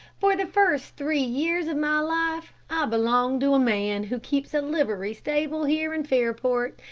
for the first three years of my life. i belonged to a man who keeps a livery stable here in fairport,